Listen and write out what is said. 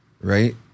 Right